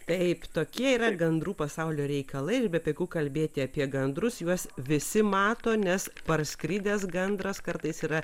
taip tokie yra gandrų pasaulio reikalai ir bepigu kalbėti apie gandrus juos visi mato nes parskridęs gandras kartais yra